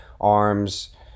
arms